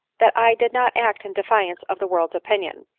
that i did not act in defiance of the world's opinion,